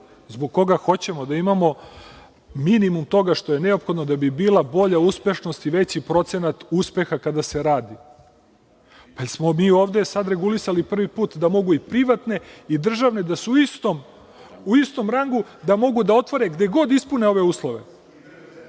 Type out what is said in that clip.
zbog čega hoćemo da imamo minimum toga što je neophodno da bi bila bolja uspešnost i veći procenat uspeha kada se radi. Da li smo mi ovde sada regulisali prvi put da mogu i privatne i državne, da su u istom rangu da mogu da otvore gde god ispune ove uslove. Nemojte